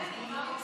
כן, הוא אמר בסדר.